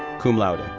cum laude,